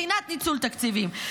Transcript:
בחינת ניצול תקציבים,